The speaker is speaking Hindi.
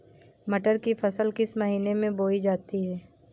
मटर की फसल किस महीने में बोई जाती है?